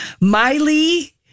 Miley